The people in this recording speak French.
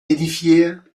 édifiée